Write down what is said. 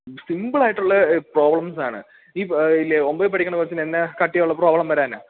സിമ്പിളായിട്ടുള്ള പ്രോബ്ലംസ്സാണ് ഈ ഒമ്പതില് പഠിക്കുന്ന കൊച്ചിന് എന്ത് കട്ടിയുള്ള പ്രോബ്ലം വരാനാണ്